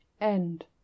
End